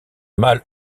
male